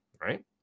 Right